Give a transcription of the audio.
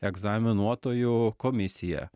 egzaminuotojų komisija